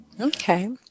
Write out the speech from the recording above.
Okay